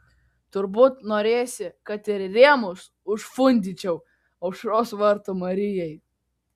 turbūt norėsi kad ir rėmus užfundyčiau aušros vartų marijai